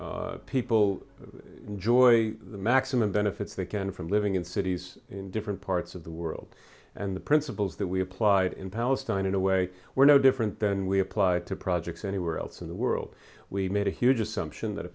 helping people enjoy the maximum benefits they can from living in cities in different parts of the world and the principles that we applied in palestine in a way were no different than we applied to projects anywhere else in the world we made a huge assumption that